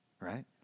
right